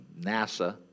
NASA